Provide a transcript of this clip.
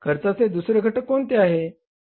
खर्चाचे दुसरे घटक कोणते आहे